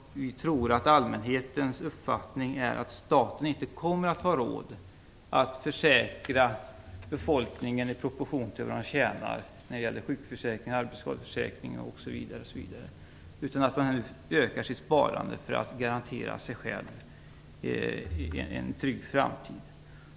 Vi tror att allmänhetens uppfattning är den att staten inte kommer att ha råd att via sjukförsäkring, arbetsskadeförsäkring osv. försäkra befolkningen i proportion till vad den tjänar, utan människorna kommer att öka sitt sparande för att garantera sig själva en trygg framtid.